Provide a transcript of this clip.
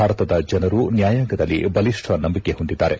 ಭಾರತದ ಜನರು ನ್ನಾಯಾಂಗದಲ್ಲಿ ಬಲಿಷ್ನ ನಂಬಿಕೆ ಹೊಂದಿದ್ದಾರೆ